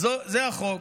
אז זה החוק.